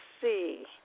see